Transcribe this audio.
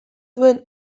duen